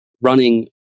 running